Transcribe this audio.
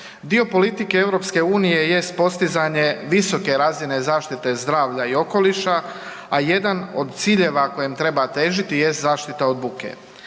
Dio politike EU jest postizanje visoke razine zaštite zdravlja i okoliša, a jedan od ciljeva kojem treba težiti jest zaštita od buke.